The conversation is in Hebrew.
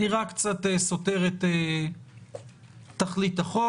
נראה קצת סותר את תכלית החוק.